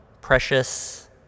precious